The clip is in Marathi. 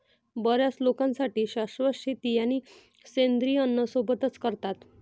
बर्याच लोकांसाठी शाश्वत शेती आणि सेंद्रिय अन्न सोबतच करतात